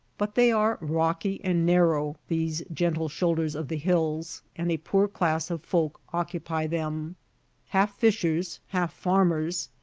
but they are rocky and narrow, these gentle shoulders of the hills, and a poor class of folk occupy them half fishers, half farmers,